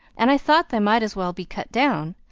and i thought they might as well be cut down.